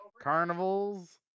carnivals